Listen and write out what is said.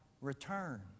return